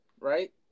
right